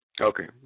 okay